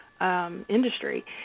industry